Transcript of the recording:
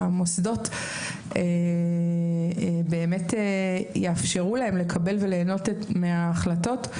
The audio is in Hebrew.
שהמוסדות באמת יאפשרו להם לקבל וליהנות מההחלטות.